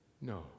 no